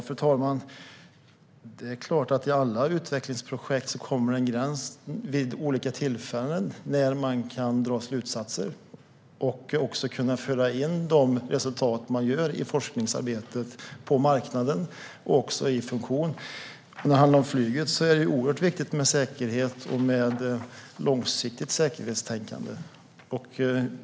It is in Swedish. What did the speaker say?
Fru talman! Det är klart att man i alla utvecklingsprojekt vid olika tillfällen kommer till en gräns där man kan dra slutsatser och kan föra in resultaten av forskningsarbetet på marknaden och även i funktion. När det handlar om flyget är det oerhört viktigt med säkerhet och långsiktigt säkerhetstänkande.